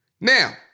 Now